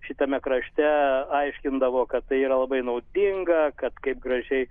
šitame krašte aiškindavo kad tai yra labai naudinga kad kaip gražiai